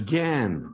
Again